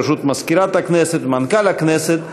בראשות מזכירת הכנסת ומנכ"ל הכנסת,